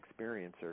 experiencer